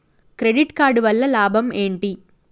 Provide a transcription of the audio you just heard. Credit card వల్ల లాభం ఏంటి?